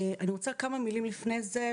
אני רוצה כמה מילים לפני זה,